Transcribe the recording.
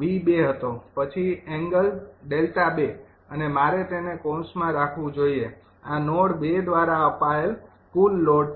𝑉૨ હતો પછી એંગલ 𝛿૨ અને મારે તેને કૌંસમાં રાખવું જોઈએ આ નોડ ૨ દ્વારા અપાયેલ કુલ લોડ છે